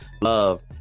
Love